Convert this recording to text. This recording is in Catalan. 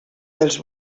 dels